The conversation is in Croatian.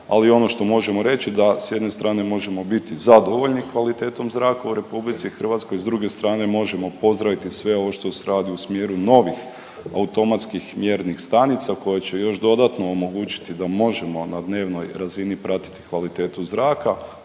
ali ono što možemo reći da s jedne strane možemo biti zadovoljni kvalitetom zraka u RH, s druge strane možemo pozdraviti sve ovo što se radi u smjeru novih automatskih mjernih stanica koje će još dodatno omogućiti da možemo na dnevnoj razini pratiti kvalitetu zraka,